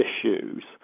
issues